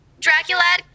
Draculad